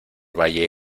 valle